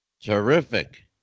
Terrific